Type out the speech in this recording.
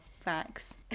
facts